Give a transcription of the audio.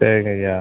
சரிங்கய்யா